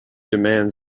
demand